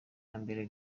mbere